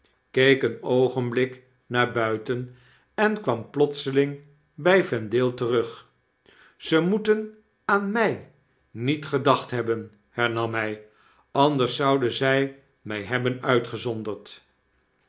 keek een oogenblik naar buiten en kwam plotseling by vendale terug ze moeten aan mij niet gedacht hebben hernam hy anders zouden zij my hebben uitgezonderd